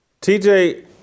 TJ